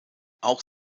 auch